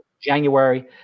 January